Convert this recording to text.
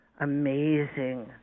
amazing